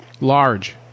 Large